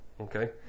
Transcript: okay